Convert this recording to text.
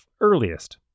earliest